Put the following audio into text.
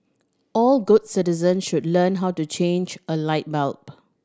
all good citizens should learn how to change a light bulb